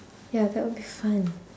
ya that would be fun